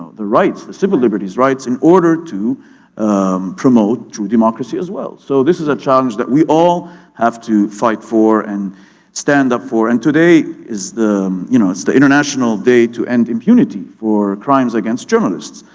the rights, the civil liberties, rights in order to promote true democracy as well. so this is a change that we all have to fight for and stand up for. and today is the you know the international day to end impunity for crimes against journalists.